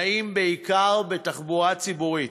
הם נעים בעיקר בתחבורה ציבורית.